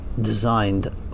designed